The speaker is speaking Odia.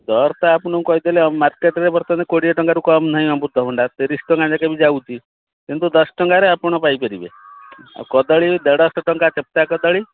ଦରଟା ଆପଣଙ୍କୁ କହିଦେଲେ ମାର୍କେଟରେ ବର୍ତ୍ତମାନ କୋଡ଼ିଏ ଟଙ୍କାରୁ କମ୍ ନାହିଁ ଅମୃତଭଣ୍ଡା ତିରିଶି ଟଙ୍କା ଲେଖାବି ଯାଉଛି କିନ୍ତୁ ଦଶ ଟଙ୍କାରେ ଆପଣ ପାଇପାରିବେ ଆଉ କଦଳୀ ଦେଢ଼ଶହ ଟଙ୍କା ଚେପଟା କଦଳୀ